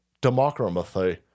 democracy